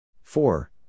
four